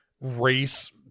race